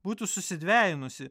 būtų susidvejinusi